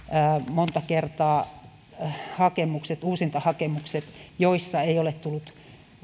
monta kertaa uusintahakemukset joissa ei ole tullut